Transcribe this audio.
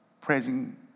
praising